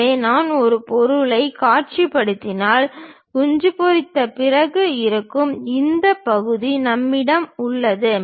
எனவே நான் இந்த பொருளைக் காட்சிப்படுத்தினால் குஞ்சு பொரித்த பகுதி இருக்கும் இந்த பகுதி நம்மிடம் உள்ளது